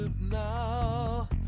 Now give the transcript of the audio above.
now